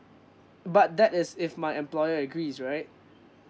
but that is if my employer agrees right